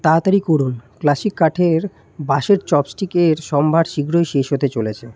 তাড়াতাড়ি করুন ক্লাসিক কাঠের বাঁশের চপস্টিকের সম্ভার শীঘ্রই শেষ হতে চলেছে